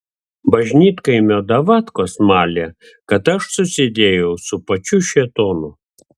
bažnytkaimio davatkos malė kad aš susidėjau su pačiu šėtonu